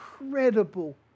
incredible